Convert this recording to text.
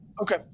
Okay